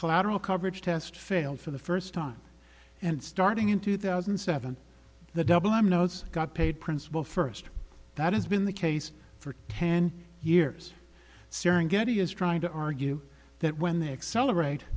collateral coverage test failed for the first time and starting in two thousand and seven the double i know it's got paid principal first that has been the case for ten years serengeti is trying to argue that when they accelerate